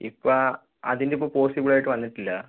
ഇപ്പം ആ അതിൻ്റെ ഇപ്പോൾ പോസ്സിബിൾ ആയിട്ടു വന്നിട്ടില്ല